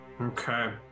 Okay